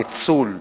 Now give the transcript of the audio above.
ניצול,